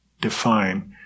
define